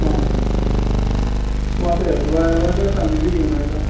हां हां तूं आतां एकलो आयला काय फॅमिली घेवन आयला